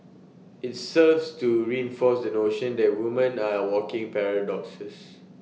IT serves to reinforce the notion that women are walking paradoxes